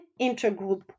intergroup